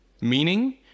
Meaning